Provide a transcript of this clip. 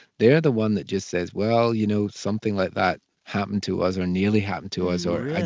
they're the one that just says, well, you know, something like that happened to us or nearly happened to us or.